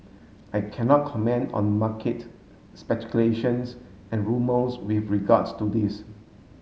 I can not comment on market speculations and rumours with regards to this